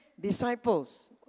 disciples